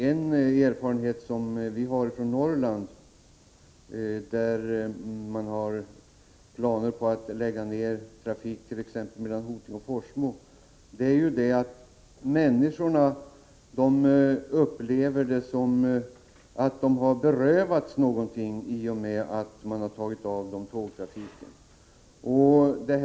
En erfarenhet som vi har från Norrland, där det t.ex. finns planer på att lägga ner trafiken mellan Hoting och Forsmo, är att människorna upplever det så att de har berövats någonting i och med att tågtrafiken har tagits ifrån dem.